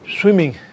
swimming